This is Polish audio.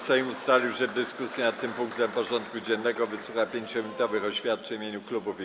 Sejm ustalił, że w dyskusji nad tym punktem porządku dziennego wysłucha 5-minutowych oświadczeń w imieniu klubów i kół.